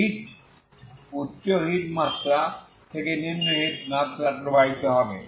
hit উচ্চ heat মাত্রা থেকে নিম্ন হিট মাত্রায় প্রবাহিত হবে